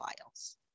files